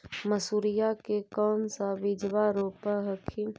मसुरिया के कौन सा बिजबा रोप हखिन?